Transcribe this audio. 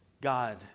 God